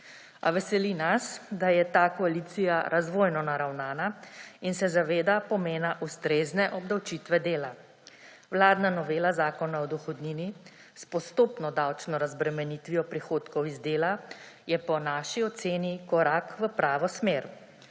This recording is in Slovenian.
veseli nas, da je ta koalicija razvojno naravnana in se zaveda pomena ustrezne obdavčitve dela. Vladna novela Zakona o dohodnini s postopno davčno razbremenitvijo prihodkov iz dela je po naši oceni korak v pravo smer,